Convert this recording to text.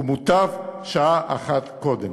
ומוטב שעה אחת קודם.